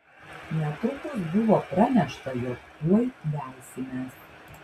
netrukus buvo pranešta jog tuoj leisimės